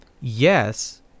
yes